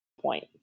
point